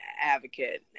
advocate